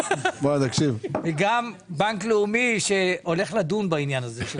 וגם בנק לאומי שהולך לדון בעניין הזה.